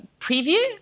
preview